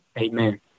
Amen